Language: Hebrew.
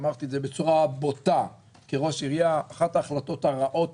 אמרתי את זה בצורה בוטה כראש עירייה אחת ההחלטות הרעות,